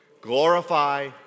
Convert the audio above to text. Glorify